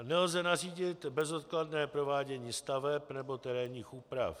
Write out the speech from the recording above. Nelze nařídit bezodkladné provádění staveb nebo terénních úprav.